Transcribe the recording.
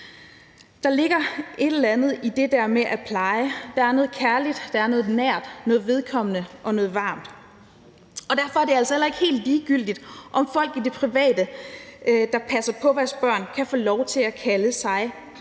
Der ligger et eller andet i det der med at pleje – der er noget kærligt, der er noget nært, noget vedkommende og noget varmt. Og derfor er det altså heller ikke helt ligegyldigt, om folk i det private, der passer på vores børn, kan få lov til at kalde sig